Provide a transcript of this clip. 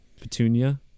petunia